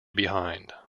behind